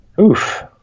Oof